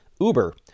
Uber